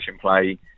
play